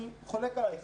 אני חולק עליך,